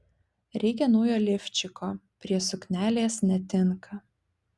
reikia naujo lifčiko prie suknelės netinka